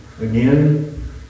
again